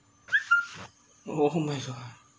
oh my god